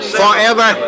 forever